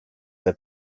that